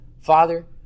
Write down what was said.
Father